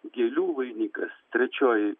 gėlių vainikas trečioji